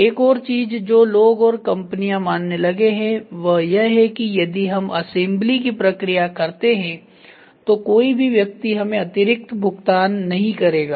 एक और चीज जो लोग और कंपनियां मानने लगे हैं वह यह है कि यदि हम असेंबली की प्रक्रिया करते हैं तो कोई भी व्यक्ति हमें अतिरिक्त भुगतान नहीं करेगा